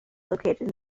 located